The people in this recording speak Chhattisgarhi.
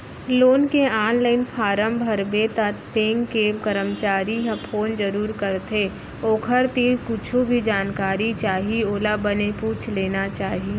लोन के ऑनलाईन फारम भरबे त बेंक के करमचारी ह फोन जरूर करथे ओखर तीर कुछु भी जानकारी चाही ओला बने पूछ लेना चाही